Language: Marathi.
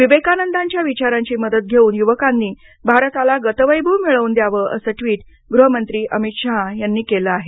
विवेकानंदांच्या विचारांची मदत घेऊन युवकांनी भारताला गतवैभव मिळवून द्यावं असं ट्वीट गृहमंत्री अमित शाह यांनी केलं आहे